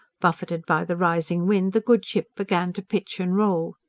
buffeted by the rising wind, the good ship began to pitch and roll.